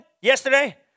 yesterday